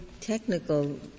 technical